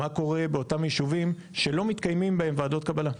מה קורה באותם ישובים שלא מתקיימים בהם ועדות קבלה.